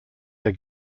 der